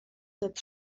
that